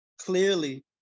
clearly